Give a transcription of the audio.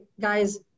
guys